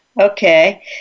Okay